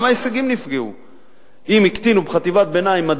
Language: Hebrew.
וגם ההישגים נפגעו.